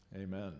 amen